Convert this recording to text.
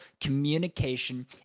communication